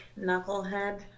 knucklehead